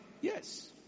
Yes